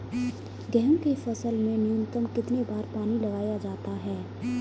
गेहूँ की फसल में न्यूनतम कितने बार पानी लगाया जाता है?